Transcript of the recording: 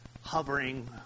hovering